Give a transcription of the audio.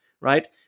Right